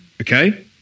okay